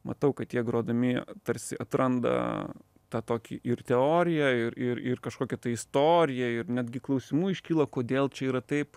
matau kad jie grodami tarsi atranda tą tokį ir teoriją ir ir ir kažkokią istoriją ir netgi klausimų iškyla kodėl čia yra taip